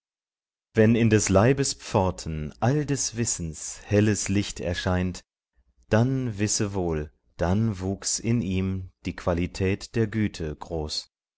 wenn in des leibes pforten all des wissens helles licht erscheint dann wisse wohl dann wuchs in ihm die qualität der güte groß